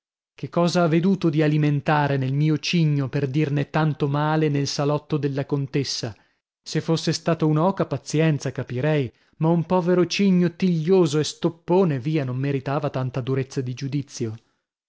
che cosa ha veduto di alimentare nel mio cigno per dirne tanto male nel salotto della contessa se fosse stata un'oca pazienza capirei ma un povero cigno tiglioso e stoppone via non meritava tanta durezza di giudizio